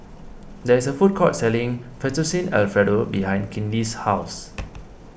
there is a food court selling Fettuccine Alfredo behind Kinley's house